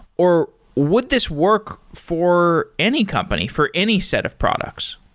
or would this work for any company, for any set of products?